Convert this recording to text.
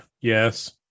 Yes